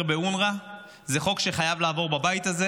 באונר"א זה חוק שחייב לעבור בבית הזה.